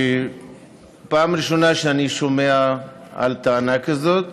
פעם ראשונה שאני שומע על טענה כזאת.